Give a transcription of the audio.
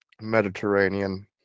Mediterranean